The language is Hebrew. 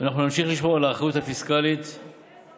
אנחנו נמשיך לשמור על האחריות הפיסקלית בתקציב,